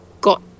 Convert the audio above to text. got